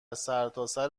سرتاسر